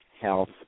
health